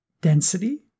density